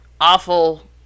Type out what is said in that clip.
awful